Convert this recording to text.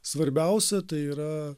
svarbiausia tai yra